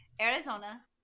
Arizona